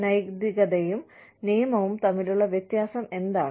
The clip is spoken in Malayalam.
നൈതികതയും നിയമവും തമ്മിലുള്ള വ്യത്യാസം എന്താണ്